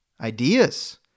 ideas